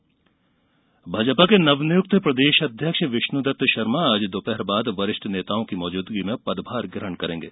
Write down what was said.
भाजपा अध्यक्ष भाजपा के नवनियुक्त प्रदेश भाजपा अध्यक्ष विष्णु दत्त शर्मा आज दोपहर बाद वरिष्ठ नेताओं की मौजूदगी में पदभार ग्रहण करेंगे